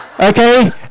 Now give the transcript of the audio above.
Okay